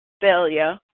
failure